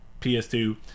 PS2